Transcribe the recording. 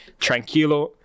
tranquilo